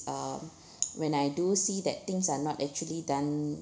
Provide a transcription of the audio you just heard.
uh when I do see that things are not actually done